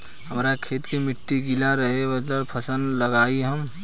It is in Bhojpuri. हमरा खेत के मिट्टी गीला रहेला कवन फसल लगाई हम?